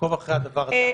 שתעקוב אחרי הדבר הזה.